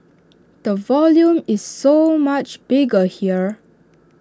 the volume is so much bigger here